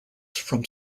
from